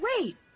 Wait